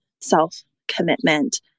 self-commitment